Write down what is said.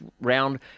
round